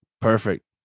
perfect